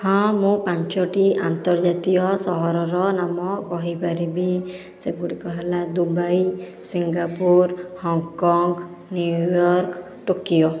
ହଁ ମୁଁ ପାଞ୍ଚଟି ଆର୍ନ୍ତଜାତୀୟ ସହରର ନାମ କହିପାରିବି ସେଗୁଡ଼ିକ ହେଲା Dubai Singapore Hong Kong New York Tokyo